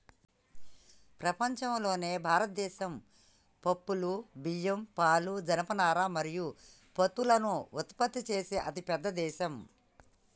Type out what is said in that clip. ప్రపంచంలోనే భారతదేశం పప్పులు, బియ్యం, పాలు, జనపనార మరియు పత్తులను ఉత్పత్తి చేసే అతిపెద్ద దేశం